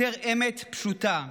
יותר אמת פשוטה.